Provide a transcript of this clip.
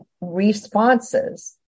responses